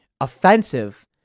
offensive